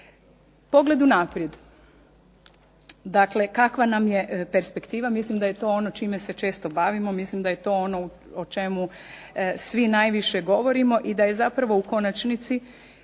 Pogled unaprijed, dakle kakva nam je perspektiva. Mislim da je to ono čime se često bavimo, mislim da je to ono o čemu svi najviše govorimo i da je zapravo u konačnici,